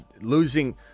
losing